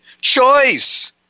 Choice